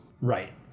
Right